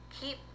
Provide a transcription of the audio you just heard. Keep